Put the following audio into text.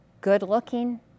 good-looking